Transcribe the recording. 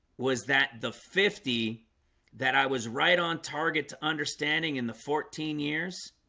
was that the fifty that i was right on target to understanding in the fourteen years?